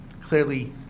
clearly